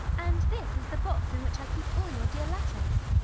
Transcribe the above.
and this is the box in which i keep all your dear letters.